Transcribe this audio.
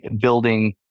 building